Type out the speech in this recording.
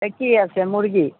এই কি আছে মুৰ্গী